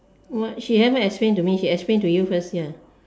what she haven't explain to me she explain to you first here